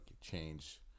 change